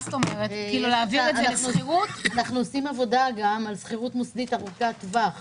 אנחנו עושים עבודה גם על שכירות מוסדית ארוכת טווח.